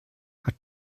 hat